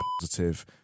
positive